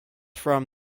from